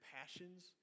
passions